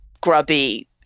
grubby